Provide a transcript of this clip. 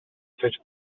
fets